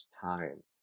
time